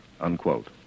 Unquote